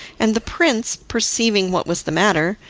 and the prince, perceiving what was the matter,